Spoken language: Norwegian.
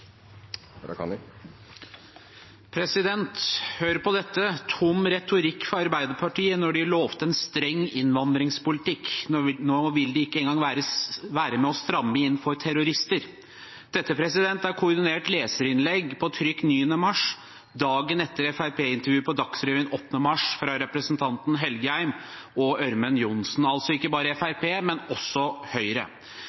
på dette: Tom retorikk fra Arbeiderpartiet når de lovte en streng innvandringspolitikk. Nå vil de ikke engang være med og stramme inn for terrorister. Dette er fra et koordinert leserinnlegg fra representantene Engen-Helgheim og Ørmen Johnsen som sto på trykk 9. mars, dagen etter Fremskrittsparti-intervjuet på Dagsrevyen den 8. mars – altså ikke bare fra